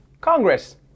Congress